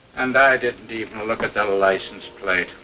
and i didn't even look at the and license plate.